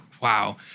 wow